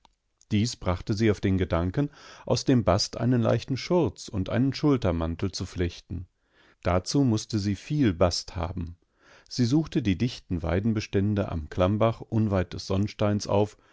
dies brachte sie auf den gedanken aus dem bast einen leichten schurz und einen schultermantel zu flechten dazu mußte sie viel bast haben sie suchte die dichten weidenbestände am klammbach unweit des sonnsteins auf